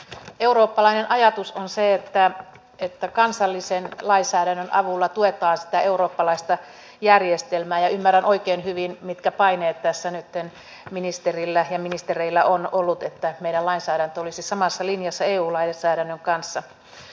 eurooppalainen ajatus on se että kansallisen lainsäädännön avulla tuetaan eurooppalaista järjestelmää ja ymmärrän oikein hyvin mitkä paineet tässä nytten ministerillä ja ministereillä ovat olleet että meidän lainsäädäntömme olisi samassa linjassa eu lainsäädännön kanssa